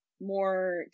more